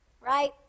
right